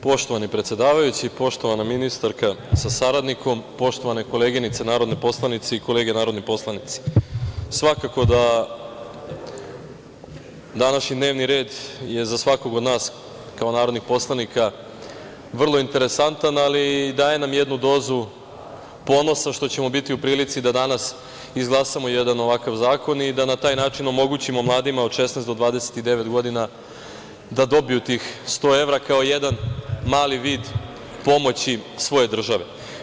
Poštovani predsedavajući, poštovana ministarka sa saradnikom, poštovane koleginice narodne poslanice i kolege narodni poslanici, svakako da današnji dnevni red je za svakog od nas kao narodnih poslanika vrlo interesantan, ali daje nam i jednu dozu ponosa što ćemo biti u prilici da danas izglasamo jedan ovakav zakon i da na taj način omogućimo mladima od 16 do 29 godina da dobiju tih 100 evra kao jedan mali vid pomoći svoje države.